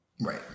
Right